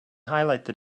highlighted